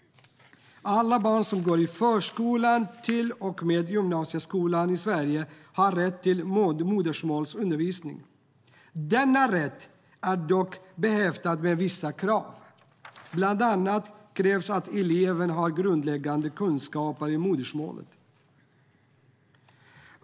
Alla barn som går i förskolan till och med gymnasieskolan i Sverige har rätt till modersmålsundervisning. Denna rätt är dock behäftad med vissa krav. Bland annat krävs att eleven har grundläggande kunskaper i modersmålet.